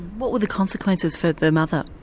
what were the consequences for the mother?